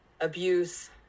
abuse